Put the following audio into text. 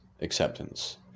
acceptance